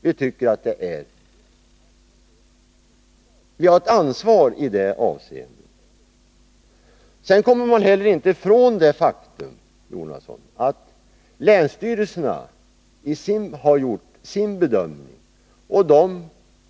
Det tycker jag att det är. Vi har ett ansvar i det avseendet. Man kommer heller inte ifrån det faktum, herr Jonasson, att länsstyrelserna har gjort sina bedömningar.